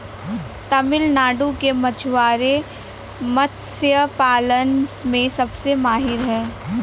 तमिलनाडु के मछुआरे मत्स्य पालन में सबसे माहिर हैं